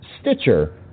Stitcher